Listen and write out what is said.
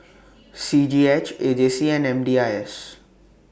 C G H A J C and M D I S